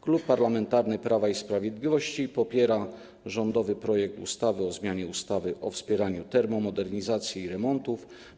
Klub Parlamentarny Prawo i Sprawiedliwość popiera rządowy projekt ustawy o zmianie ustawy o wspieraniu termomodernizacji i remontów.